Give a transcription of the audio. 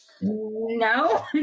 no